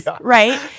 right